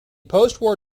postwar